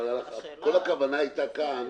כאן הייתה כוונה